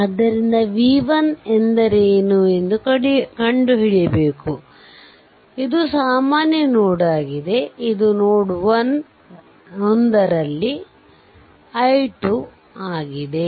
ಆದ್ದರಿಂದ v1 ಎಂದರೇನು ಎಂದು ಕಂಡುಹಿಡಿಯಬೇಕು ಆದ್ದರಿಂದ ಇದು ಸಾಮಾನ್ಯ ನೋಡ್ ಆಗಿದೆ ಇದು ನೋಡ್ 1ರಲ್ಲಿ i 2 ಆಗಿದೆ